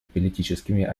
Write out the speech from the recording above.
политическими